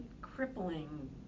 crippling